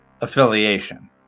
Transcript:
affiliation